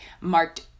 marked